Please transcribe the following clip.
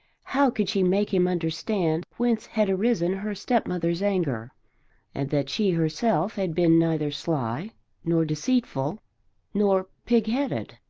how could she make him understand whence had arisen her stepmother's anger and that she herself had been neither sly nor deceitful nor pigheaded?